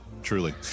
Truly